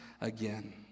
again